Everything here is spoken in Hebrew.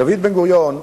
דוד בן-גוריון,